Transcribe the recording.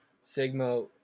Sigma